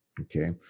Okay